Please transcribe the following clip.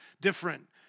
different